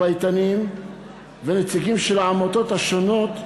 פייטנים ונציגים של העמותות השונות,